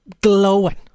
glowing